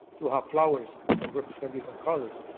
to have flowers and represent different colors,